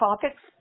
topics